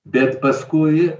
bet paskui